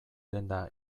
denda